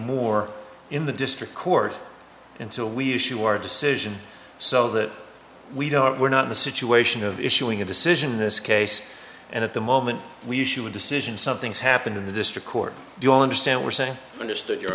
more in the district court until we're sure a decision so that we don't we're not in the situation of issuing a decision in this case and at the moment we shew a decision something's happened in the district court do all understand we're saying understood your